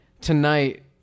tonight